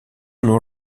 non